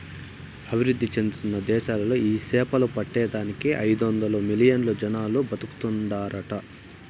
అభివృద్ధి చెందుతున్న దేశాలలో ఈ సేపలు పట్టే దానికి ఐదొందలు మిలియన్లు జనాలు బతుకుతాండారట